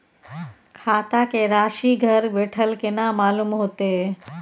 खाता के राशि घर बेठल केना मालूम होते?